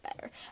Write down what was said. better